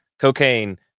cocaine